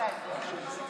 חבל על הזמן, חבר'ה.